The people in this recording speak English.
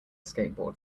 skateboard